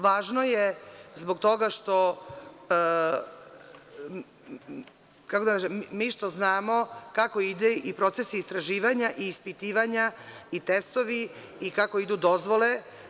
Važno je zbog toga što mi znamo kako ide i proces istraživanja i ispitivanja i testovi i kako idu dozvole.